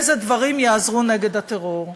איזה דברים יעזרו נגד הטרור.